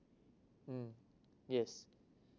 mm yes